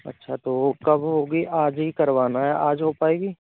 अच्छा तो वो कब होगी आज ही करवाना है आज हो पाएगा